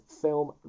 film